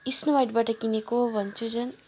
snow वाइटबाट किनेको भन्छु झन्